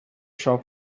shop